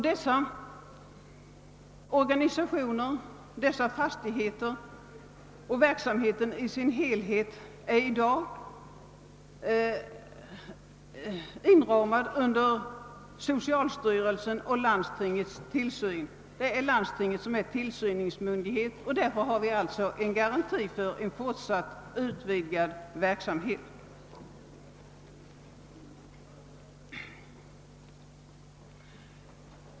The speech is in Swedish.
Dessa organisationer, dessa fastigheter och verksamheten i sin helhet står i dag under socialstyrelsens överinseende, och landstinget är tillsynsmyndighet. Därför har vi garanti för fortsatt utvid gad verksamhet.